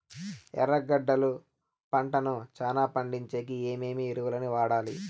ఎర్రగడ్డలు పంటను చానా పండించేకి ఏమేమి ఎరువులని వాడాలి?